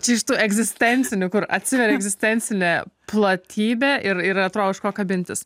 čia iš tų egzistencinių kur atsiveria egzistencinė platybė ir yra atrodo už ko kabintis